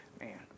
man